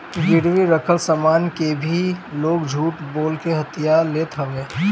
गिरवी रखल सामान के भी लोग झूठ बोल के हथिया लेत हवे